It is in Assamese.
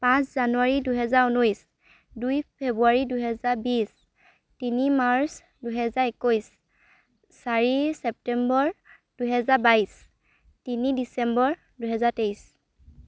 পাঁচ জানুৱাৰী দুহেজাৰ ঊনৈছ দুই ফেব্ৰুৱাৰী দুহেজাৰ বিছ তিনি মাৰ্চ দুহেজাৰ একৈছ চাৰি ছেপ্টেম্বৰ দুহেজাৰ বাইছ তিনি ডিচেম্বৰ দুহেজাৰ তেইছ